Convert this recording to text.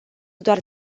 doar